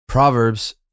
Proverbs